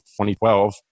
2012